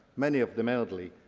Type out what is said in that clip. many of them elderly,